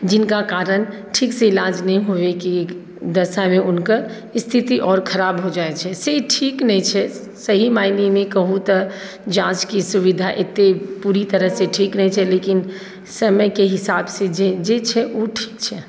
जिनका कारण ठीकसँ इलाज नहि होइके दशामे हुनकर स्थिति आओर खराब भऽ जाइत छै से ठीक नहि छै सही मायनेमे कहू तऽ जाँचके सुविधा एतय पूरी तरहसँ ठीक नहि छै लेकिन समयके हिसाबसँ जे जे छै ओ ठीक छै